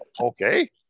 Okay